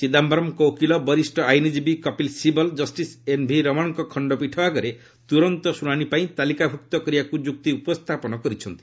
ଚିଦାୟରମ୍ଙ୍କ ଓକିଲ ବରିଷ୍ଣ ଆଇନଜୀବୀ କପିଲ୍ ଶିବଲ୍ ଜଷ୍ଟିସ୍ ଏନ୍ଭି ରମଣଙ୍କ ଖଣ୍ଡପୀଠ ଆଗରେ ତୁରନ୍ତ ଶୁଣାଣି ପାଇଁ ତାଲିକାଭୁକ୍ତ କରିବାକୁ ଯୁକ୍ତି ଉପସ୍ଥାପନ କରିଛନ୍ତି